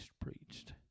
preached